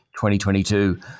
2022